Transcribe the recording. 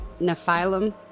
Nephilim